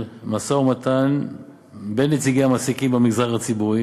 משא-ומתן בין נציגי המעסיקים במגזר הציבורי